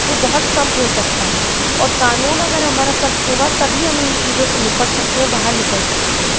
वो बहुत कम हो सकता है और कानून अगर हमारा सक्त होगा तभी हम इन चीज़ों से निपट सकते और बाहर निकाल सकते हैं